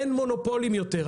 אין מונופולים יותר,